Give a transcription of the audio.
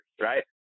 right